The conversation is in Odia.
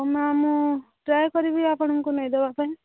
ହଉ ମ୍ୟାମ୍ ମୁଁ ଟ୍ରାଏ କରିବି ଆପଣଙ୍କୁ ନେଇ ଦେବା ପାଇଁ